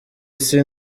isi